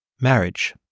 marriage